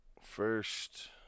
first